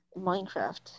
minecraft